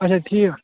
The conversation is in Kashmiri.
اَچھا ٹھیٖک